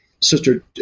Sister